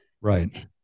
right